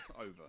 over